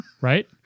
Right